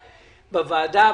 בוועדה.